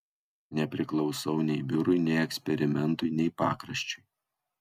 nepriklausau nei biurui nei eksperimentui nei pakraščiui